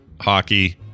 hockey